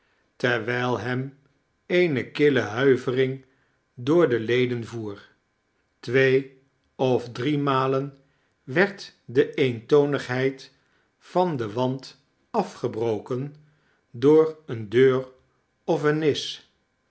terwijl hem eene kille huivering door de leden voer twee of drie malen werd de eentonigheid van den wand afgehroken door eeine deur of eene nis